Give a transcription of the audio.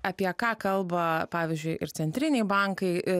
apie ką kalba pavyzdžiui ir centriniai bankai